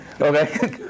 Okay